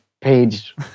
page